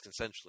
consensually